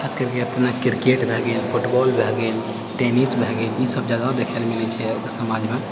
खास करके अपना क्रिकेट भए गेल फुटबॉल भए गेल टेनिस भए गेल ईसब जादा देखैला मिलैत छै समाजमे